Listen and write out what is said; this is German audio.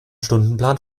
stundenplan